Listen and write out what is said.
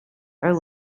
are